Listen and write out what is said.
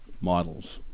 models